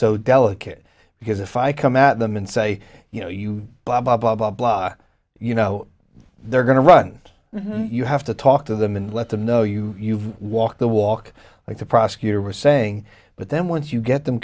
so delicate because if i come at them and say you know you blah blah blah blah blah you know they're going to run and you have to talk to them and let them know you walk the walk like the prosecutor was saying but then once you get them